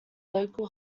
local